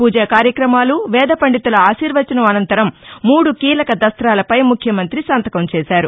పూజా కార్యక్రమాలు వేదపండితుల ఆశీర్వచనం అనంతరం మూడు కీలక ద్వస్తాలపై ముఖ్యమంతి సంతకం చేశారు